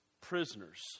prisoners